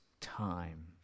time